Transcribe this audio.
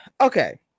okay